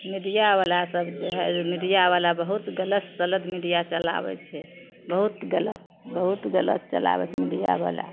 मीडिआवलासभ जे हइ मीडिआवला बहुत गलत सलत मीडिआ चलाबै छै बहुत गलत बहुत गलत चलाबै छै मीडिआवला